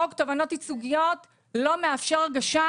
חוק תובענות ייצוגיות לא מאפשר הגשת